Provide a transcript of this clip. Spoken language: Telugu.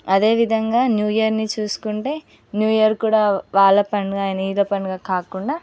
అదేవిధంగా న్యూ ఇయర్ని చూసుకుంటే న్యూ ఇయర్ కూడా వాళ్ళ పండగ వీళ్ళ పండగ అని కాకుండా